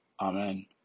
Amen